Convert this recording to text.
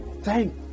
Thank